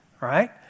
right